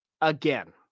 again